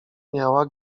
miała